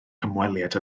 hymweliad